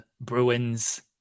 Bruins